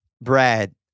Brad